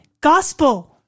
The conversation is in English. GOSPEL